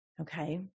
Okay